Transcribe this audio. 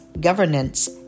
governance